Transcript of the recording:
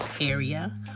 area